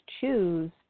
choose